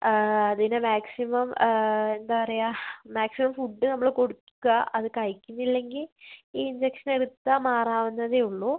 അതിന് മാക്സിമം എന്താ പറയാ മാക്സിമം ഫുഡ് നമ്മൾ കൊടുക്കുക അത് കഴിക്കുന്നില്ലെങ്കിൽ ഈ ഇൻജെക്ഷനെടുത്താൽ മാറാവുന്നതേ ഉള്ളൂ